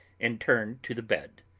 and turned to the bed.